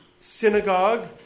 synagogue